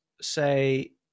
say